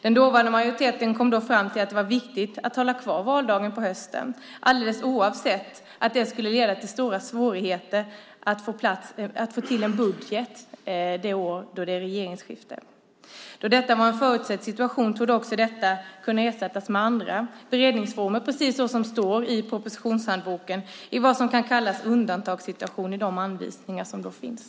Den dåvarande majoriteten kom fram till att det var viktigt att ha kvar valdagen på hösten alldeles oavsett att det skulle leda till stora svårigheter att få till en budget vid ett regeringsskifte. Då detta var en förutsedd situation torde också detta kunde ersättas med andra beredningsformer, precis som det står i propositionshandboken, i vad som kan kallas undantagssituation i de anvisningar som finns.